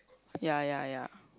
ya ya ya